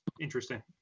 interesting